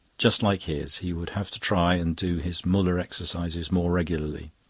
just like his he would have to try and do his muller exercises more regularly.